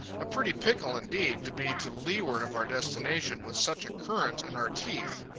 a pretty pickle, indeed, to be to leeward of our destination with such a current in our teeth.